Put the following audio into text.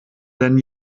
denn